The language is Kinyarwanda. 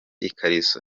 ikariso